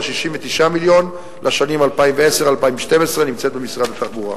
69 מיליון שקלים לשנים 2010 2012 נמצאת במשרד התחבורה.